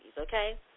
okay